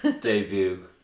debut